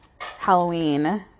Halloween